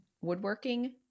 woodworking